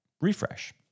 refresh